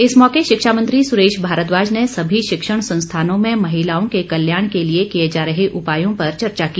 इस मौके शिक्षा मंत्री सुरेश भारद्वाज ने सभी शिक्षण संस्थानों में महिलाओं के कल्याण के लिए किए जा रहे उपायों पर चर्चा की